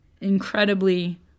incredibly